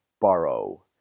borrow